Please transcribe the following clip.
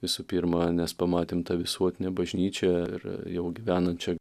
visų pirma nes pamatėm tą visuotinę bažnyčią ir jau gyvenančią